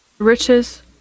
Riches